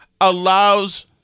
allows